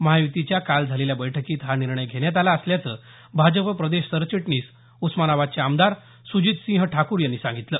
महायुतीच्या काल झालेल्या बैठकीत हा निर्णय घेण्यात आला असल्याचं भाजप प्रदेश सरचिटणीस उस्मानाबदचे आमदार सुजितसिंह ठाकूर यांनी सांगितलं